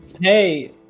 Hey